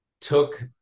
took